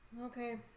Okay